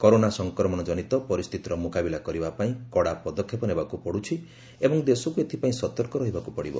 corona ସଂକ୍ରମଣ ଜନତ ପରିସ୍ଥିତିର ମୁକାବିଲା କରିବା ପାଇଁ କଡ଼ା ପଦକ୍ଷେପ ନେବାକୁ ପଡ଼ୁଛି ଏବଂ ଦେଶକୁ ଏଥିପାଇଁ ସତର୍କ ରହିବାକୁ ପଡ଼ିବ